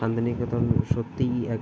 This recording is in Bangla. শান্তিনিকেতন সত্যিই এক